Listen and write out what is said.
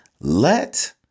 Let